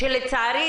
שלצערי,